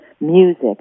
music